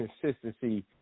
consistency